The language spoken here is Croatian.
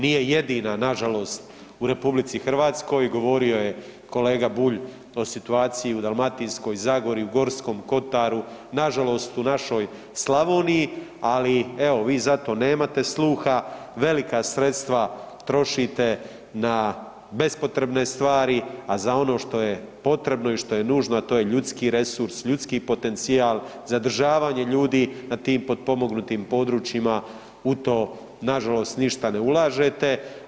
Nije jedina, nažalost, u RH, govorio je kolega Bulj o situaciji u Dalmatinskoj zagori u Gorskom kotaru, nažalost u našoj Slavoniji, ali evo vi za to nemate sluha, velika sredstva trošite na bespotrebne stvari, a za ono što je potrebno i što je nužno, a to je ljudski resurs, ljudski potencijal zadržavanje ljudi na tim potpomognutim područjima u to nažalost ništa ne ulažete.